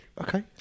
Okay